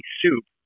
soup